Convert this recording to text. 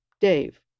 Dave